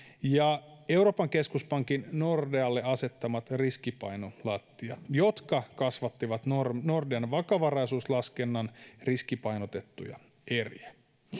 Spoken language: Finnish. ja euroopan keskuspankin nordealle asettamat riskipainolattiat jotka kasvattivat nordean nordean vakavaraisuuslaskennan riskipainotettuja eriä